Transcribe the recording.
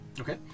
Okay